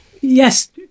Yes